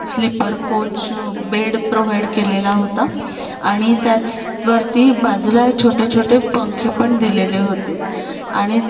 sleeper coach bed provide केलेला होता आणि त्याचवरती बाजूला छोटे छोटे पंखे पण दिलेले होते आणि